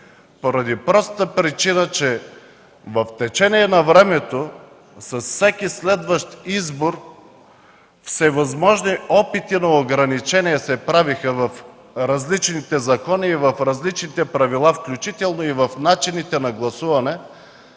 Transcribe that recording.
поради простата причина, че в течение на времето с всеки следващ избор се правеха всевъзможни опити на ограничение в различните закони и в различните правила, включително и в начините на гласуване